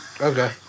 Okay